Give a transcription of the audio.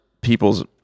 people's